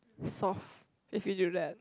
soft if you do that